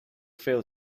feel